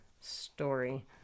story